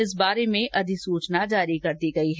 इस बारे में अधिसूचना जारी कर दी गई है